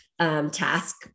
task